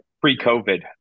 pre-COVID